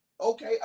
Okay